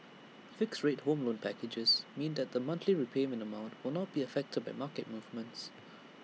fixed rate home loan packages means that the monthly repayment amount will not be affected by market movements